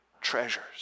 treasures